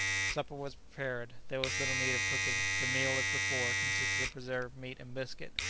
supper was prepared. there was little need of cooking. the meal, as before, consisted of preserved meat and biscuit.